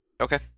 Okay